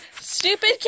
Stupid